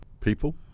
people